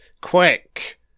Quick